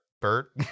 Bert